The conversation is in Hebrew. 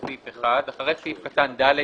(2)אחרי סעיף קטן (ד)